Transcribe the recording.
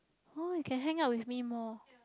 oh you can hang out with me more